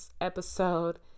episode